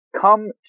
come